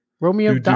romeo